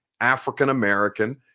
African-American